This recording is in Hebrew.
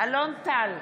אלון טל,